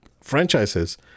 franchises